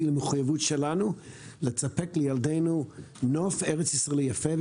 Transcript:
למחויבות שלנו לספק לילדינו נוף ארץ ישראלי יפה.